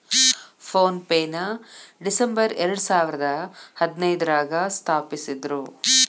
phone ಪೆನ December ಎರಡಸಾವಿರದ ಹದಿನೈದ್ರಾಗ ಸ್ಥಾಪಿಸಿದ್ರು